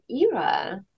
era